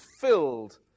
filled